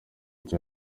iki